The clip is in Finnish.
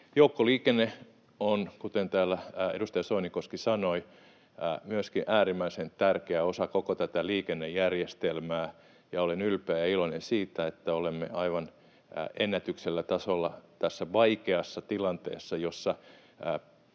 Joukkoliikenne on, kuten täällä edustaja Soinikoski sanoi, myöskin äärimmäisen tärkeä osa koko tätä liikennejärjestelmää, ja olen ylpeä ja iloinen siitä, että olemme aivan ennätyksellisellä tasolla tässä vaikeassa tilanteessa, jossa